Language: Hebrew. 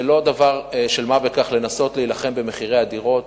זה לא דבר של מה בכך לנסות להילחם במחירי הדירות.